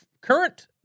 current